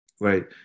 right